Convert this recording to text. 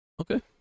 Okay